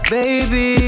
Baby